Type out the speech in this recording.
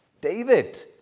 David